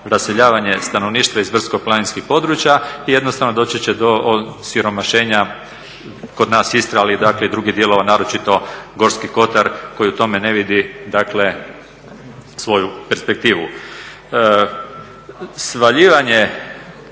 raseljavanje stanovništva iz brdsko-planinskih područja i jednostavno doći će do osiromašenja kod nas Istre, ali dakle i drugih dijelova, naročito Gorski kotar koji u tome ne vidi dakle svoju perspektivu. Svaljivanje